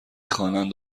خوانند